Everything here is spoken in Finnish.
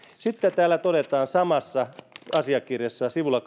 sitten täällä todetaan samassa asiakirjassa sivulla